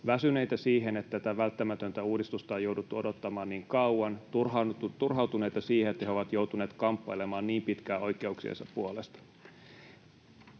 Väsyneitä siihen, että tätä välttämätöntä uudistusta on jouduttu odottamaan niin kauan, turhautuneita siihen, että he ovat joutuneet kamppailemaan niin pitkään oikeuksiensa puolesta.